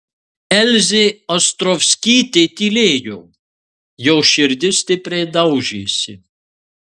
elzė ostrovskytė tylėjo jos širdis stipriai daužėsi